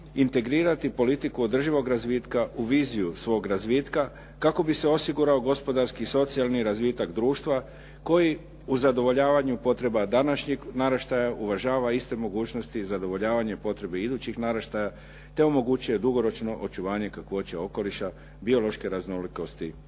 integrirati politiku održivog razvitka u viziju svog razvitka kako bi se osigurao gospodarski i socijalni razvitak društva koji u zadovoljavanju potreba današnjeg naraštaja uvažava iste mogućnosti i zadovoljavanje potrebe idućih naraštaja te omogućuje dugoročno očuvanje kakvoće okoliša, biološke raznolikosti